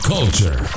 Culture